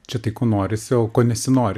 čia tai ko norisi o ko nesinori